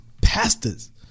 Pastors